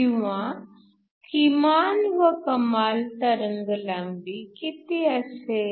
किंवा किमान व कमाल तरंगलांबी किती असेल